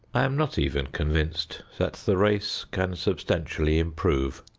i am not even convinced that the race can substantially improve.